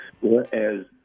Whereas